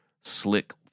slick